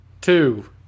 two